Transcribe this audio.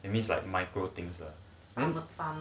it means like micro things lah